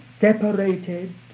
separated